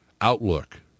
outlook